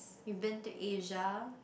you've been to Asia